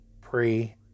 pre